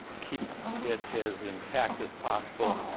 keep it as intact as possible,